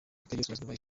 y’iburasirazuba